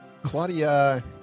Claudia